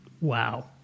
wow